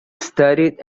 studied